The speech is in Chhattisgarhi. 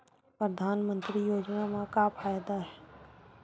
परधानमंतरी योजना म का फायदा?